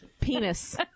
Penis